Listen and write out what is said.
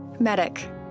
Medic